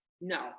No